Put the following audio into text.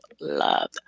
love